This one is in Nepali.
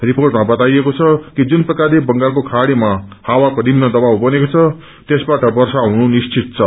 रिपोर्टमा बताइएको छ कि जुन प्रकारले बंगालको खाड़ीमा हाकको निम्न दबाव बनेको छ त्यसबाट वर्षा हुनु निश्चित छ